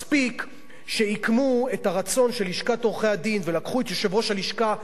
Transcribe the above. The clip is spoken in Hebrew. מספיק שעיקמו את הרצון של לשכת עורכי-הדין ולקחו את יושב-ראש הלשכה,